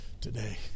today